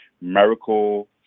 Miracle